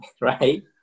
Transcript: right